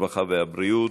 הרווחה והבריאות.